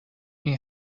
این